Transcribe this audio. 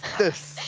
this!